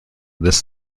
this